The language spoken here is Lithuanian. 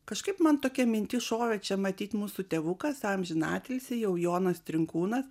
kažkaip man tokia mintis šovė čia matyt mūsų tėvukas amžinatilsį jau jonas trinkūnas